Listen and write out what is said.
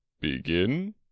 begin